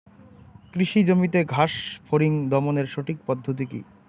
কৃষি জমিতে ঘাস ফরিঙ দমনের সঠিক পদ্ধতি কি?